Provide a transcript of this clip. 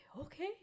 okay